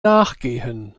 nachgehen